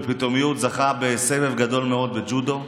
בפתאומיות זכה בסבב גדול מאוד בג'ודו,